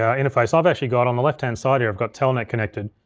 ah interface, i've actually got on the left-hand side here, i've got telnet connected.